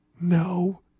No